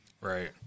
Right